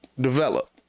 develop